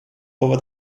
over